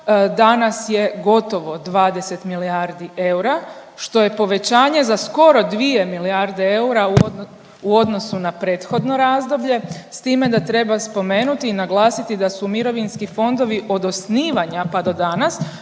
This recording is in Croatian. danas je gotovo 20 milijardi eura, što je povećanje za skoro 2 milijarde eura u odnosu na prethodno razdoblje s time da treba spomenuti i naglasiti da su mirovinski fondovi od osnivanja, pa do danas